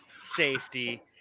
safety